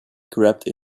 grabbed